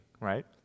right